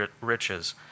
riches